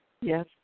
Yes